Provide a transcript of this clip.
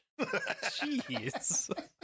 Jeez